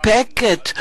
המאופקת,